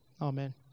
Amen